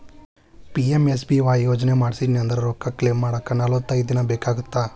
PMSBY ಯೋಜನಾ ಮಾಡ್ಸಿನಂದ್ರ ರೊಕ್ಕ ಕ್ಲೇಮ್ ಮಾಡಾಕ ನಲವತ್ತೈದ್ ದಿನ ಬೇಕಾಗತ್ತಾ